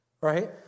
Right